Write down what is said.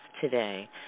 today